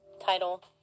title